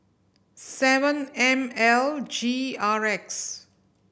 seven M L G R X